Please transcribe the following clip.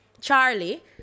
Charlie